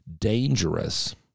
dangerous